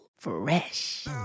fresh